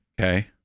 Okay